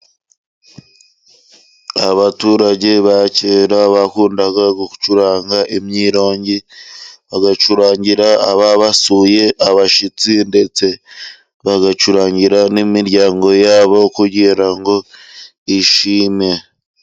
Abaturage ba kera bakundaga gucuranga imyirongi, bagacurangira ababasuye, abashyitsi ndetse bagacurangira n'imiryango yabo kugira ngo yishime.